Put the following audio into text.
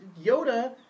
Yoda